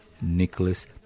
Nicholas